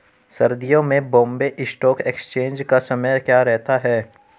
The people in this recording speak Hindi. सर्दियों में बॉम्बे स्टॉक एक्सचेंज का समय क्या रहता है?